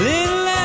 Little